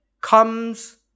comes